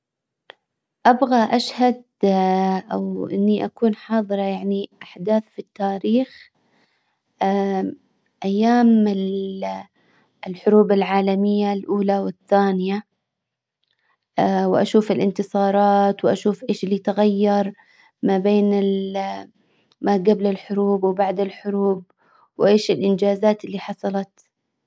ابغى اشهد أو اني اكون حاضرة يعني احداث في التاريخ ايام الحروب العالمية الاولى والثانية واشوف الانتصارات واشوف ايش اللي اتغير ما بين ما قبل الحروب وبعد الحروب وايش الانجازات اللي حصلت.